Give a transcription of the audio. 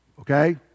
Okay